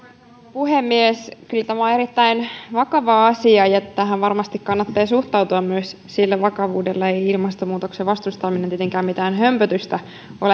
puhemies kyllä tämä on erittäin vakava asia ja tähän varmasti kannattaa suhtautua myös sillä vakavuudella ei ilmastonmuutoksen vastustaminen tietenkään mitään hömpötystä ole kun